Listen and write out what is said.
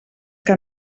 que